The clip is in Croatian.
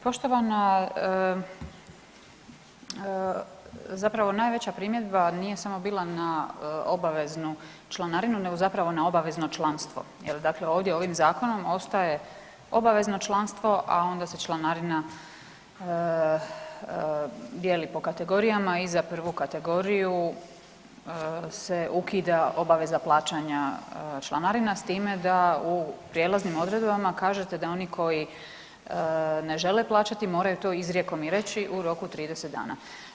Poštovana, zapravo najveća primjedba nije samo bila na obaveznu članarinu nego zapravo na obavezno članstvo, dakle ovdje ovim zakonom ostaje obavezno članstvo, a onda se članarina dijeli po kategorijama i za prvu kategoriju se ukida obaveza plaćanja članarina s time da u prijelaznim odredbama kažete da oni koji ne žele plaćati moraju to izrijekom i reći u roku od 30 dana.